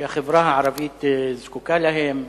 שהחברה הערבית זקוקה להם: